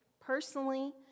Personally